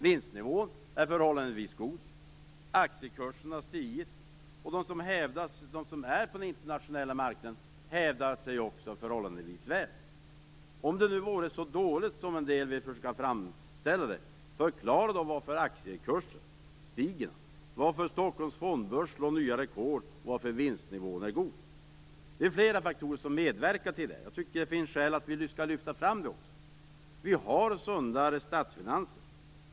Vinstnivån är förhållandevis hög, aktiekursen har stigit, och de som befinner sig på den internationella marknaden hävdar sig också förhållandevis väl. Om det nu är så dåligt som en del försöker framställa det, förklara då varför aktiekursen stiger, varför Stockholms Fondbörs slår nya rekord och varför vinstnivån är hög! Det är flera faktorer som medverkar till detta, och jag tycker att det finns skäl för att lyfta fram dem. Vi har sundare statsfinanser.